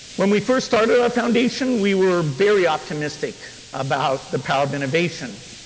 when we first started our foundation we were very optimistic about the power of innovation.